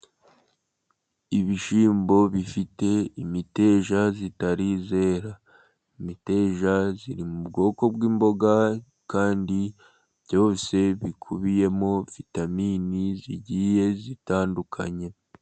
Ibishyimbo bifite imiteja itari yera. Imiteja iri mu bwoko bw'imboga kandi byose bikubiyemo vitamini zigiye zitandukanye.